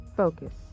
focus